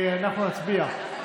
אנחנו נצביע.